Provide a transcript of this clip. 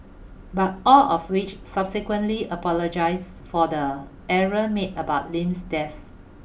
but all of which subsequently apologised for the error made about Lim's death